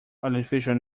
artificial